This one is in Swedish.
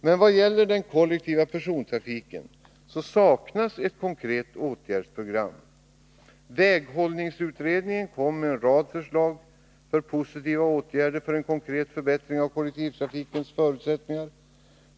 Men vad gäller den kollektiva persontrafiken saknas ett konkret åtgärdsprogram. Väghållningsutredningen kom med en rad förslag till positiva åtgärder för en konkret förbättring av kollektivtrafikens förutsättningar.